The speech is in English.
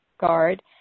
guard